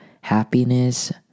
happiness